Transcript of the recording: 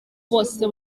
bose